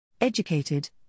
Educated